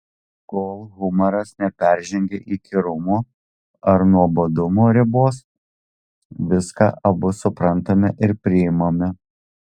kol humoras neperžengia įkyrumo ar nuobodumo ribos viską abu suprantame ir priimame